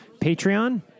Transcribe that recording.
Patreon